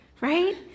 right